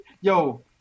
Yo